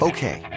Okay